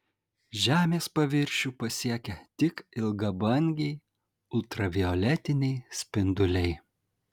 žemės paviršių pasiekia tik ilgabangiai ultravioletiniai spinduliai